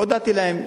והודעתי להם.